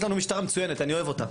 יש לנו משטרה מצוינת, אני אוהב אותה,